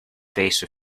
face